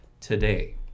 today